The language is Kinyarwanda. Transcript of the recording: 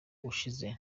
ushize